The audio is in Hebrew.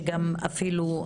אנחנו צריכים ללמוד,